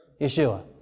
Yeshua